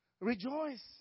Rejoice